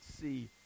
see